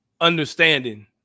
understanding